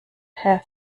have